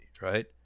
right